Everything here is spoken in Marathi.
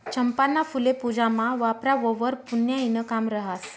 चंपाना फुल्ये पूजामा वापरावंवर पुन्याईनं काम रहास